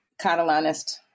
Catalanist